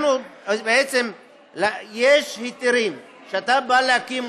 בעצם יש היתרים, כשאתה בא להקים,